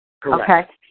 Correct